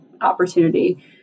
opportunity